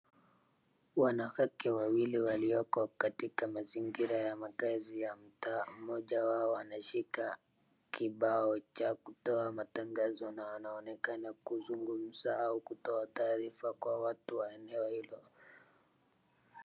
Wanawake wawili walioko katika mazingira ya makazi ya mtaa. Mmoja wao anashika kibao cha kutoa matangazo na anaonekana kuzungumza au kutoa taarifa kwa watu wa eneo hilo.